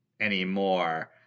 anymore